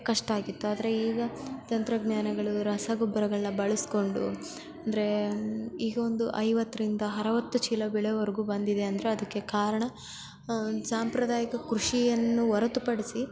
ಕಷ್ಟ ಆಗಿತ್ತು ಆದರೆ ಈಗ ತಂತ್ರಜ್ಞಾನಗಳು ರಸಗೊಬ್ಬರಗಳನ್ನ ಬಳಸಿಕೊಂಡು ಅಂದ್ರೆ ಈಗ ಒಂದು ಐವತ್ತರಿಂದ ಅರವತ್ತು ಚೀಲ ಬೆಳೆವರ್ಗೂ ಬಂದಿದೆ ಅಂದರೆ ಅದಕ್ಕೆ ಕಾರಣ ಸಾಂಪ್ರದಾಯಿಕ ಕೃಷಿಯನ್ನು ಹೊರತುಪಡಿಸಿ